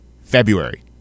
February